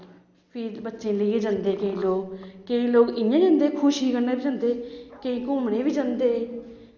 फ्ही बच्चें गी लेइयै जंदे केईं लोग केईं लोग इ'यां जंदे खुशी कन्नै बी जंदे केईं घूमने बी जंदे